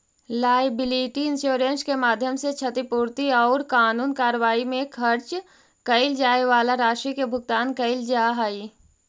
liability insurance के माध्यम से क्षतिपूर्ति औउर कानूनी कार्रवाई में खर्च कैइल जाए वाला राशि के भुगतान कैइल जा हई